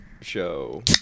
show